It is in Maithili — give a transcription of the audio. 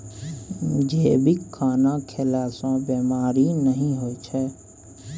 जैविक खाना खएला सँ बेमारी नहि होइ छै